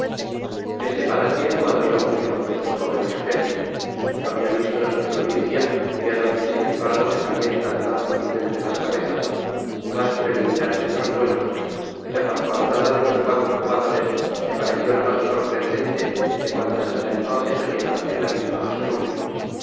este pasatiempo admiró mucho á nuestro jóven viajero habia visto en su provincia tierra en que sin embargo se calientan tan facilmente las cabezas mas preliminares en los duelos y la fanfarronada de los cuatro jugadores le pareció la mas sorprendente de cuantas hasta entonces oyera en la misma gascuña